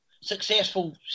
successful